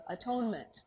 atonement